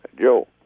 Joe